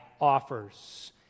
offers